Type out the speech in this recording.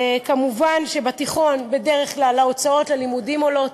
מובן שבתיכון בדרך כלל ההוצאות ללימודים עולות.